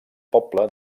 poble